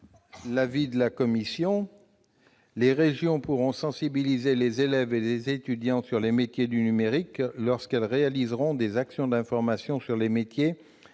l'avis de la commission ? Les régions pourront sensibiliser les élèves et les étudiants aux métiers du numérique lorsqu'elles réaliseront des actions d'information sur les métiers